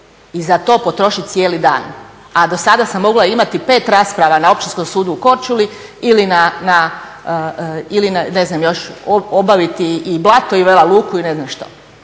i za to potrošit cijeli dan, a do sada sam mogla imati pet rasprava na Općinskom sudu u Korčuli ili ne znam još obaviti i Blato i Vela Luku i ne znam što.